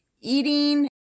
eating